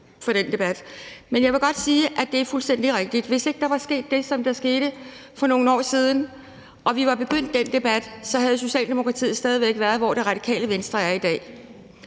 i den debat. Men jeg vil godt sige, at det er fuldstændig rigtigt. Hvis ikke der var sket det, der skete for nogle år siden, og vi ikke var begyndt på den debat, havde Socialdemokratiet stadig væk været, hvor Radikale Venstre er i dag.